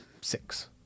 Six